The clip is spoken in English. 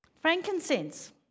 Frankincense